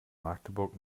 magdeburg